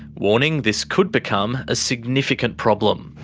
warning this could become a significant problem.